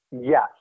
Yes